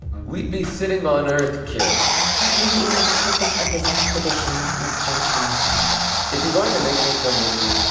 we'd be sitting on earth, kid that really isn't the purpose of this expedition, mister thomassen if you're going to make me come with you,